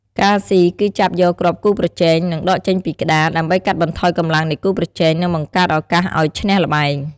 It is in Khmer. ការស៊ី គឺចាប់យកគ្រាប់គូប្រជែង និងដកចេញពីក្ដារ ដើម្បីកាត់បន្ថយកម្លាំងនៃគូប្រជែង និងបង្កើតឱកាសឲ្យឈ្នះល្បែង។